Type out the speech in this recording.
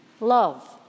love